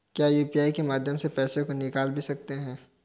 क्या यू.पी.आई के माध्यम से पैसे को निकाल भी सकते हैं?